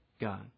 God